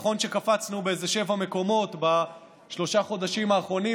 נכון שקפצנו באיזה שבעה מקומות בשלושת החודשים האחרונים,